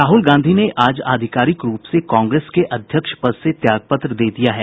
राहुल गांधी ने आज आधिकारिक रूप से कांग्रेस के अध्यक्ष पद से त्याग पत्र दे दिया है